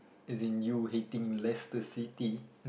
as in you hating Leicester-City